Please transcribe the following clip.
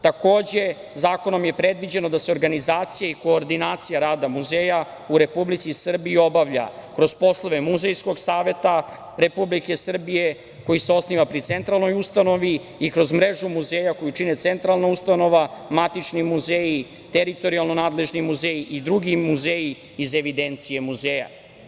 Takođe, zakonom je predviđeno da se organizacija i koordinacija rada muzeja u Republici Srbiji obavlja kroz poslove muzejskog saveta Republike Srbije koji se osniva pri centralnoj ustanovi i kroz mrežu muzeja koju čine centralna ustanova, matični muzeji, teritorijalno nadležni muzeji i drugi muzeji iz evidencije muzeja.